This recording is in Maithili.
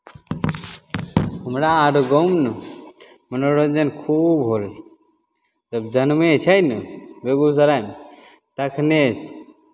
हमरा आर गाँवमे ने मनोरञ्जन खूब होइ हइ जब जनमै छै ने बेगूसरायमे तखनहिसँ